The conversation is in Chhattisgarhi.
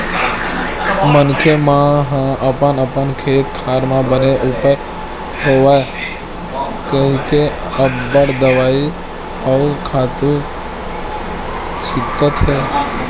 मनखे मन ह अपन अपन खेत खार म बने उपज होवय कहिके अब्बड़ दवई अउ खातू छितत हे